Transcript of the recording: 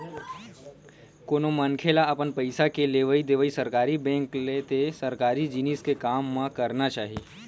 कोनो मनखे ल अपन पइसा के लेवइ देवइ सरकारी बेंक ते सरकारी जिनिस के काम म करना चाही